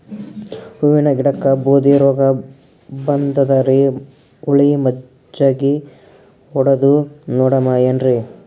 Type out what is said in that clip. ಹೂವಿನ ಗಿಡಕ್ಕ ಬೂದಿ ರೋಗಬಂದದರಿ, ಹುಳಿ ಮಜ್ಜಗಿ ಹೊಡದು ನೋಡಮ ಏನ್ರೀ?